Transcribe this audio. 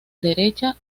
derecha